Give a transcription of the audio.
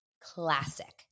classic